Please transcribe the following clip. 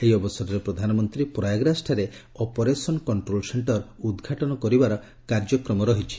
ଏହି ଅବସରରେ ପ୍ରଧାନମନ୍ତ୍ରୀ ପ୍ରୟାଗରାଜଠାରେ ଅପରେସନ୍ କଷ୍ଟ୍ରୋଲ୍ ସେକ୍ଷର୍ ଉଦ୍ଘାଟନ କରିବାର କାର୍ଯ୍ୟକ୍ରମ ରହିଛି